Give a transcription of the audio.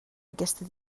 aquesta